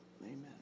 Amen